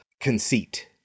conceit